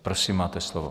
Prosím, máte slovo.